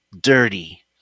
dirty